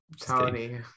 Tony